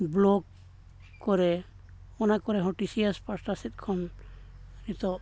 ᱠᱚᱨᱮ ᱚᱱᱟ ᱠᱚᱨᱮ ᱦᱚᱸ ᱯᱟᱥᱴᱟ ᱥᱮᱫ ᱠᱷᱚᱱ ᱱᱤᱛᱳᱜ